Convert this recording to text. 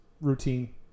routine